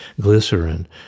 glycerin